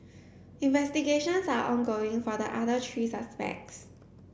investigations are ongoing for the other three suspects